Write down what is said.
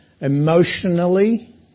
emotionally